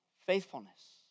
faithfulness